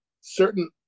certain